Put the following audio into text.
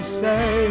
say